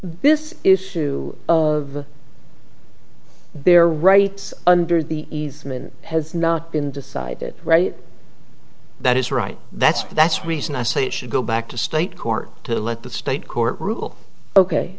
this is to own their rights under the easement has not been decided right that is right that's that's reason i say it should go back to state court to let the state court rule ok